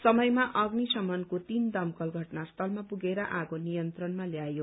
समयमा अग्नि शमनको तीन दमकल घटनास्थलमा पुगेर आगो नियन्त्रणमा ल्यायो